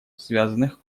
связанных